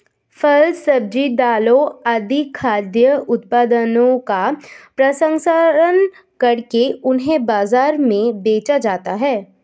फल, सब्जी, दालें आदि खाद्य उत्पादनों का प्रसंस्करण करके उन्हें बाजार में बेचा जाता है